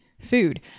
food